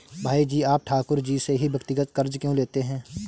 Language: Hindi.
भाई जी आप ठाकुर जी से ही व्यक्तिगत कर्ज क्यों लेते हैं?